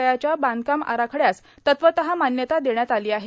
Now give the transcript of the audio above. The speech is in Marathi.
च्या बांधकाम आराखड्यास तत्वतः मान्यता देण्यात आली आहे